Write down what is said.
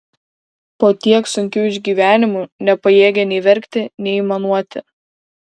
po tiek sunkių išgyvenimų nepajėgė nei verkti nei aimanuoti